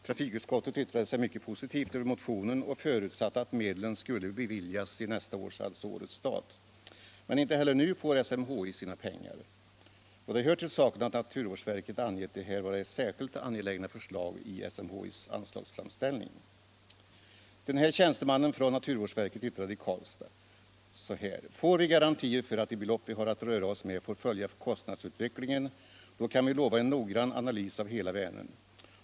Trafikutskottet yttrade sig mycket positivt över motionen och förutsatte att medlen skulle beviljas i nästa års stat — alltså årets. Men inte heller nu får SMHI sina pengar. Det hör till saken att naturvårdsverket angett den här kartläggningen vara ett särskilt angeläget förslag i SMHI:s anslagsframställning. Den nämnda tjänstemannen från naturvårdsverket yttrade i Karlstad: Får vi garantier för att de belopp vi har att röra oss med kan följa kostnadsutvecklingen kan vi lova en noggrann analys av hela Vänern.